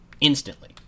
instantly